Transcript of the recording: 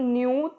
new